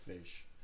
fish